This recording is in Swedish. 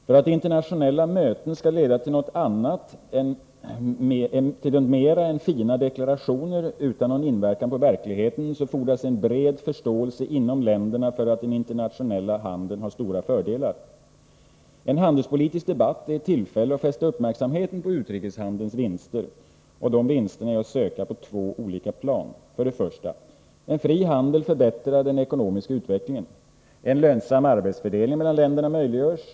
För att internationella möten skall leda till något mera än fina deklarationer utan någon inverkan på verkligheten fordras en bred förståelse inom länderna för att den internationella handeln har stora fördelar. En handelspolitisk debatt är ett tillfälle att fästa uppmärksamheten på utrikeshandelns vinster. Dessa vinster är att söka på två plan: 1. En fri handel förbättrar den ekonomiska utvecklingen. En lönsam arbetsfördelning mellan länderna möjliggörs.